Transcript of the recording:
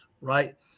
right